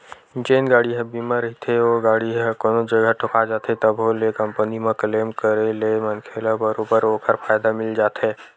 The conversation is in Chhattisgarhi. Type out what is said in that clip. जेन गाड़ी ह बीमा रहिथे ओ गाड़ी ह कोनो जगा ठोका जाथे तभो ले कंपनी म क्लेम करे ले मनखे ल बरोबर ओखर फायदा मिल जाथे